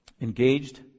engaged